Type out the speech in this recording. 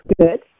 good